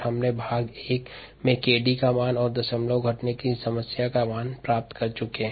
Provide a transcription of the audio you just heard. हम भाग a 𝑘𝑑 का मान और दशमलव में कमी के समय का मान प्राप्त कर चुके है